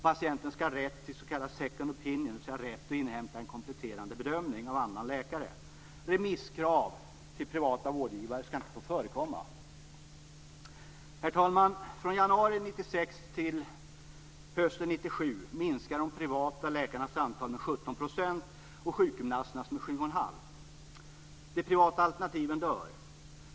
Patienten skall ha rätt till s.k. second opinion, dvs. ha rätt att inhämta en kompletterande bedömning av annan läkare. Remisskrav till privata vårdgivare skall inte få förekomma. Herr talman! Från januari 1996 till hösten 1997 minskade antalet privata läkare med 17 % och antalet sjukgymnaster med 7 1⁄2 %.